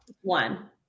One